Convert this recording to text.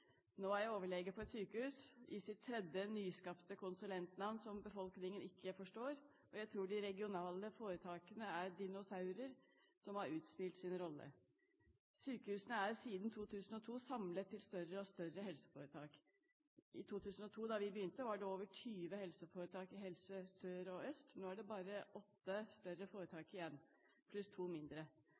Nå er jeg overlege på et sykehus med sitt tredje nyskapte konsulentnavn som befolkningen ikke forstår, og jeg tror de regionale foretakene er dinosaurer som har utspilt sin rolle. Sykehusene er siden 2002 samlet til større og større helseforetak. I 2002, da vi begynte, var det over 20 helseforetak i Helse Sør og Helse Øst. Nå er det bare åtte større foretak igjen, pluss to mindre.